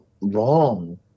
wrong